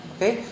Okay